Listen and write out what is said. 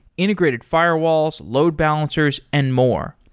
integrated firewalls, load balancers and more.